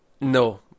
No